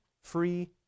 free